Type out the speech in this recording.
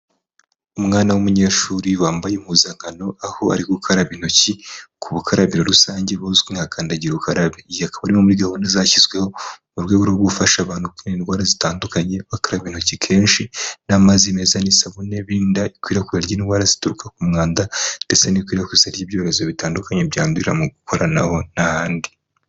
Umwana w'umunyeshuri wambaye impuzankano, aho ari gukaraba intoki ku bukarabirorusange buzwi nka kandagirakarabe. Iyi ikaba ari imwe muri gahunda zashyizweho mu rwego rwo gufasha abantu kwirinda indwara zitandukanye, bakaraba intoki kenshi n'amazi meza n'isabune, birinda ikwirakwira ry'indwara zituruka ku mwanda ndetse n'ikwirakwizwa ry'ibyorezo bitandukanye, byandurira mu gukoranaho n'ahandi.